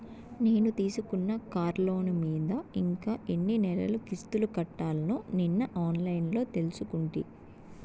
నేను తీసుకున్న కార్లోను మీద ఇంకా ఎన్ని నెలలు కిస్తులు కట్టాల్నో నిన్న ఆన్లైన్లో తెలుసుకుంటి